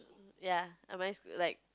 ya am I schooled like